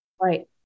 Right